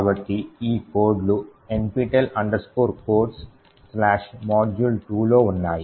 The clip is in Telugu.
కాబట్టి ఈ కోడ్లు nptel codesmodule2 లో ఉన్నాయి